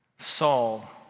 Saul